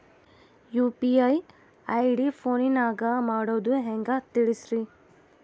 UPI ID ಫೋನಿನಾಗ ಮಾಡೋದು ಹೆಂಗ ತಿಳಿಸ್ರಿ?